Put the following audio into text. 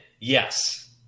yes